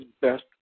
best